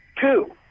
Two